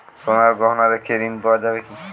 সোনার গহনা রেখে ঋণ পাওয়া যাবে কি?